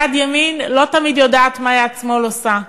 יד ימין לא יודעת מה יד שמאל עושה,